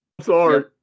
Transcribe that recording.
Sorry